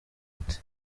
ute